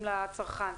שמוצעים לצרכן?